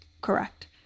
correct